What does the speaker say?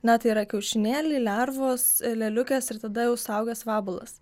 na tai yra kiaušinėliai lervos lėliukės ir tada jau suaugęs vabalas